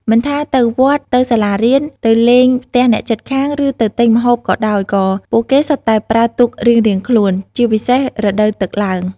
មិនថាទៅវត្ត ទៅសាលារៀន ទៅលេងផ្ទះអ្នកជិតខាង ឬទៅទិញម្ហូបក៏ដោយ ក៏ពួកគេសុទ្ធតែប្រើទូករៀងៗខ្លួន ជាពិសេសរដូវទឹកឡើង។